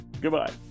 Goodbye